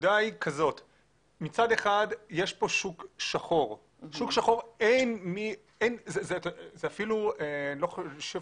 הנקודה היא שמצד אחד יש כאן שוק שחור ואני לא חושב